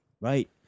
Right